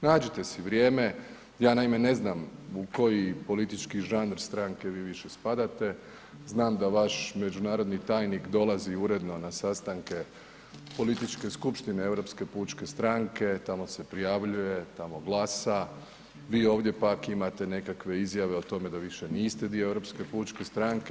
Nađite si vrijeme, ja naime, ne znam, u koji politički žanr stranke vi više spadate, znam da vaš međunarodni tajnik dolazi uredno na sastanke političke skupštine Europske pučke stranke, tamo se prijavljuje, tamo glasa, vi ovdje pak imate nekakve izjave o tome da više niste dio Europske pučke stranke.